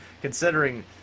considering